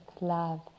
love